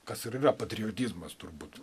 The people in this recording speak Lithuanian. kas ir yra patriotizmas turbūt